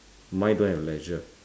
mine don't have leisure